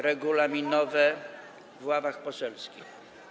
regulaminowe w ławach poselskich.